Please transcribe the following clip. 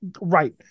Right